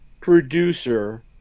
producer